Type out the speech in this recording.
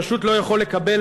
פשוט לא יכול לקבל,